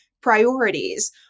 priorities